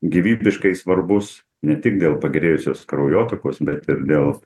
gyvybiškai svarbus ne tik dėl pagerėjusios kraujotakos bet ir dėl